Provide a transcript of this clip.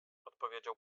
odpowiedział